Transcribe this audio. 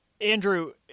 Andrew